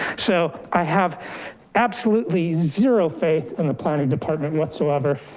so i have absolutely zero faith in the planning department whatsoever.